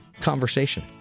conversation